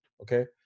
okay